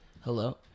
hello